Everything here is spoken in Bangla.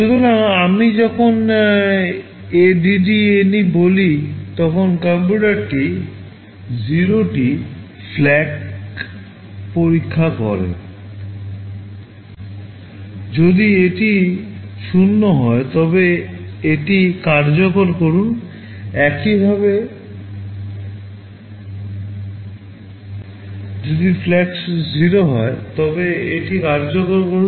সুতরাং আমি যখন ADDNE বলি তখন কম্পিউটারটি 0 FLAG টি পরীক্ষা করে যদি এটি 0 হয় তবে এটি কার্যকর করুন একইভাবে যদি FLAG 0 হয় তবে এটি কার্যকর করুন